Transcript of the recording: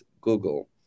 Google